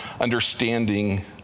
understanding